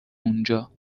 اونجا